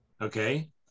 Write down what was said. Okay